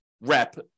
rep